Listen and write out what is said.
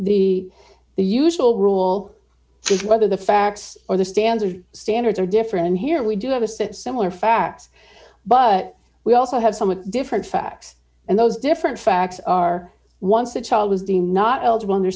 the the usual rule whether the facts are the standard standards are different and here we do have a set similar fact but we also have somewhat different facts and those different facts are once the child was deemed not eligible under